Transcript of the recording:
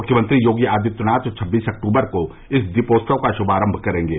मृख्यमंत्री योगी आदित्यनाथ छब्बीस अक्टबर को इस दीपोत्सव का श्भारम्भ करेंगे